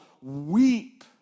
weep